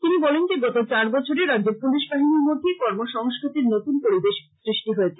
তিনি বলেন যে গত চার বছরে রাজ্যের পুলিশ বাহিনীর মধ্যে কর্ম সংস্কৃতির নতুন পরিবেশ সৃষ্টি হয়েছে